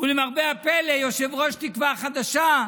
ולמרבה הפלא יושב-ראש תקווה חדשה,